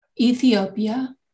Ethiopia